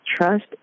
Trust